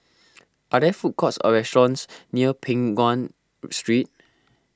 are there food courts or restaurants near Peng Nguan Street